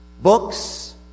books